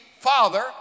father